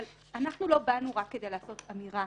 אבל אנחנו לא באנו רק כדי לעשות אמירה